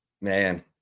man